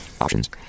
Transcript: Options